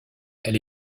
elle